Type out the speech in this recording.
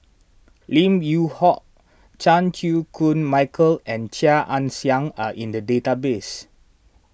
Lim Yew Hock Chan Chew Koon Michael and Chia Ann Siang are in the database